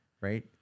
right